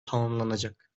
tamamlanacak